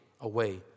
away